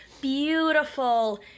beautiful